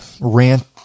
rant